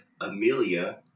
amelia